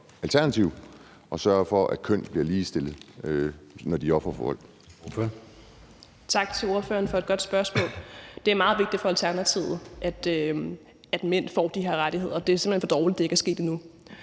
at sørge for, at køn bliver ligestillet, når der er tale